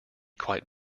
quite